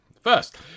First